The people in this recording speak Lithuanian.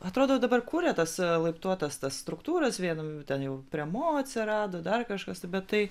atrodo dabar kuria tas laiptuotas tas struktūras vienu ten jau prie mo atsirado dar kažkas bet tai